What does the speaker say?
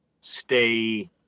stay